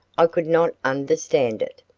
i could not understand it.